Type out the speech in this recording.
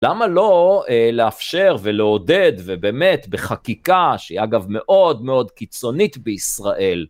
למה לא לאפשר ולעודד ובאמת בחקיקה, שהיא אגב מאוד מאוד קיצונית בישראל,